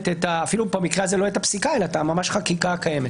אפילו במקרה הזה לא את הפסיקה אלא ממש את החקיקה הקיימת.